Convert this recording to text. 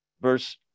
verse